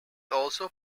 also